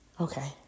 Okay